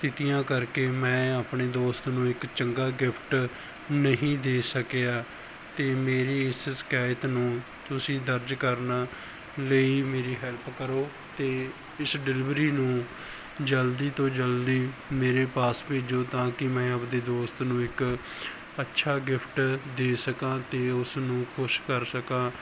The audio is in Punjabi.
ਸਥਿਤੀਆਂ ਕਰਕੇ ਮੈਂ ਆਪਣੇ ਦੋਸਤ ਨੂੰ ਇੱਕ ਚੰਗਾ ਗਿਫਟ ਨਹੀਂ ਦੇ ਸਕਿਆ ਅਤੇ ਮੇਰੀ ਇਸ ਸ਼ਿਕਾਇਤ ਨੂੰ ਤੁਸੀਂ ਦਰਜ਼ ਕਰਨਾ ਲਈ ਮੇਰੀ ਹੈਲਪ ਕਰੋ ਅਤੇ ਇਸ ਡਿਲੀਵਰੀ ਨੂੰ ਜਲਦੀ ਤੋਂ ਜਲਦੀ ਮੇਰੇ ਪਾਸ ਭੇਜੋ ਤਾਂ ਕਿ ਮੈਂ ਆਪਦੇ ਦੋਸਤ ਨੂੰ ਇੱਕ ਅੱਛਾ ਗਿਫਟ ਦੇ ਸਕਾਂ ਅਤੇ ਉਸ ਨੂੰ ਖੁਸ਼ ਕਰ ਸਕਾਂ